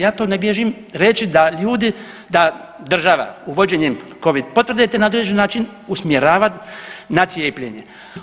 Ja to ne bježim reći da ljudi, da država uvođenjem Covid potvrde te na određeni način usmjerava na cijepljenje.